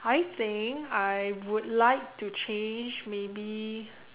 I think I would like to change maybe